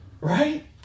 Right